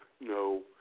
no